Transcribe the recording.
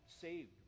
saved